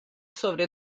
sobre